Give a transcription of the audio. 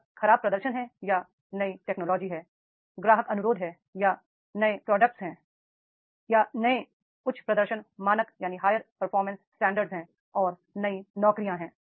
या खराब प्रदर्शन है या नई टेक्नोलॉजी ग्राहक अनुरोध नए products higher performing standard और नई नौकरियां हैं